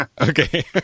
Okay